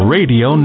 Radio